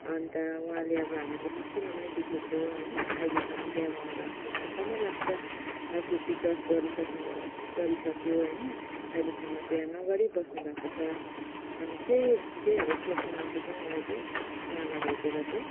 अन्त उहाँले अब हामीले मसिनोमै देखेको होइन अहिइलेसम्म बिहा गर्नु भएको छैन अचम्म लाग्छ फिफ्टी क्रस गरिसक्नु भयो गरिसक्यो होइन अहिलेसम्म बिहा नगरी बस्नु भएको छ अन्त त्यही त्यहीहरू सोध्नु मनपर्छ मलाई चाहिँ उहाँलाई भेटेर चाहिँ